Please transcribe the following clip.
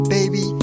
Baby